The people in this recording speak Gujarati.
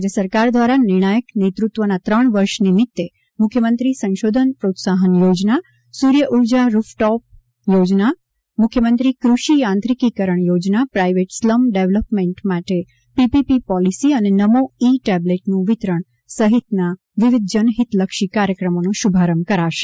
રાજ્ય સરકાર દ્વારા નિર્ણાયક નેત્રત્વના ત્રણ વર્ષ નીમિત્તે મુખ્યમંત્રી સંશોધન પ્રોત્સાહન યોજના સૂર્ય ઉર્જા રૂફટોપ યોજના મુખ્યમંત્રી ક્રષિ યાંત્રીકિકરણ યોજના પ્રાઇવેટ સ્લમ ડેવલપમેન્ટ માટે પીપીપી પોલીસી અને નમો ઇ ટેબલેટનું વિતરણ સહિતના વિવિધ જનહિતલક્ષી કાર્યક્રમોનો શુભારંભ કરાશે